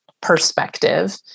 perspective